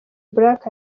black